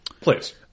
Please